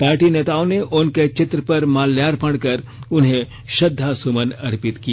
party नेताओं ने उनके चित्र पर माल्यार्पण कर उन्हें श्रद्धा सुमन अर्पित किया